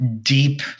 deep